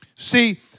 See